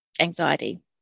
anxiety